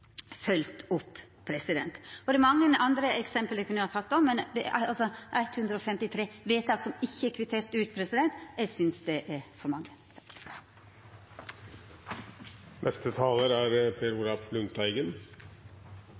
opp. Det er mange andre eksempel eg òg kunne ha teke, men det er altså 153 vedtak som ikkje er kvitterte ut. Det synest eg er for mange. Jeg skal være kort. Jeg slutter meg til saksordførerens innledning og gode orientering. Det er